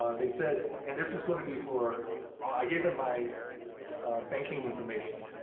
ah they said and this was going to be for i gave them my banking information.